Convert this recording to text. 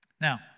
Now